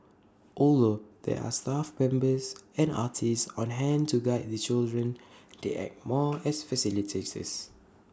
although there are staff members and artists on hand to guide the children they act more as facilitators